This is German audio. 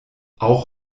auch